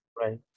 Right